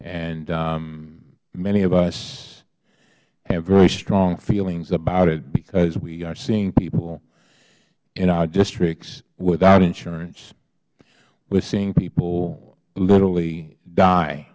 and many of us have very strong feelings about it because we are seeing people in our districts without insurance we are seeing people literally die